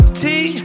tea